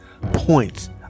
points